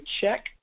check